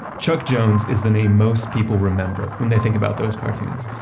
chuck jones is the name most people remember when they think about those cartoons.